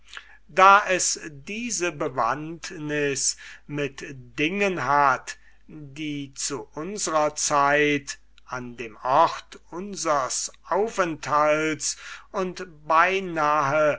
da es diese bewandtnis mit dingen hat die zu unsrer zeit an dem ort unsers aufenthalts und beinahe